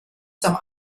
some